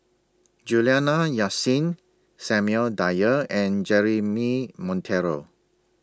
Juliana Yasin Samuel Dyer and Jeremy Monteiro